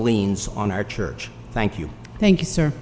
liens on our church thank you thank you sir